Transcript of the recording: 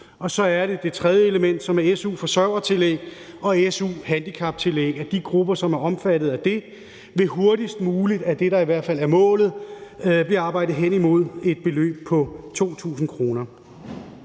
Og så er der det tredje element, som er i forhold til dem med su-forsørgertillæg og su-handicaptillæg, og de grupper, som er omfattet af det, vil hurtigst muligt få – det er i hvert fald målet og det, vi arbejder hen imod – et beløb på 2.000 kr.